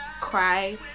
cry